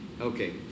Okay